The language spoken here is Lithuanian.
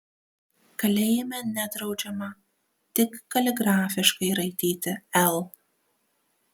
kalėjime nedraudžiama tik kaligrafiškai raityti l